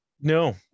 No